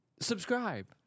Subscribe